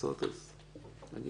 תודה